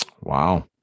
Wow